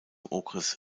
okres